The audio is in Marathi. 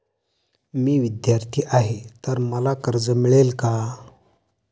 मी विद्यार्थी आहे तर मला कर्ज मिळेल का?